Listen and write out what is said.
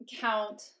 count